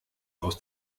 aus